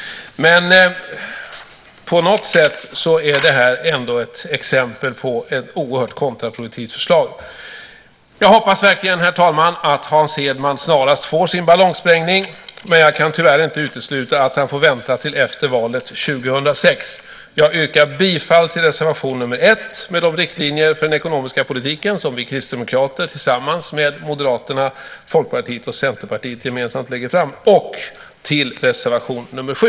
På något sätt är detta ändå ett exempel på ett oerhört kontraproduktivt förslag. Jag hoppas, herr talman, att Hans Hedman snarast får sin ballongsprängning, men jag kan tyvärr inte utesluta att han får vänta till efter valet 2006. Jag yrkar bifall till reservation nr 1, med de riktlinjer för den ekonomiska politiken som vi kristdemokrater tillsammans med Moderaterna, Folkpartiet och Centerpartiet lägger fram, och till reservation nr 7.